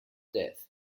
death